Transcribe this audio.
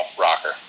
rocker